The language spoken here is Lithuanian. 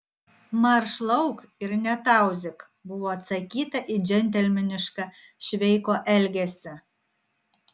marš lauk ir netauzyk buvo atsakyta į džentelmenišką šveiko elgesį